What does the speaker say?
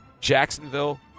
Jacksonville